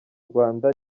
rwanda